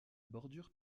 bordure